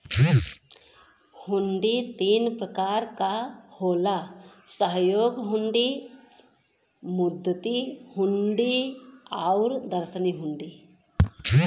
हुंडी तीन प्रकार क होला सहयोग हुंडी, मुद्दती हुंडी आउर दर्शनी हुंडी